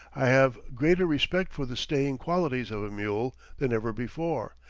i have greater respect for the staying qualities of a mule than ever before,